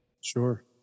Sure